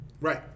Right